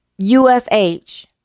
UFH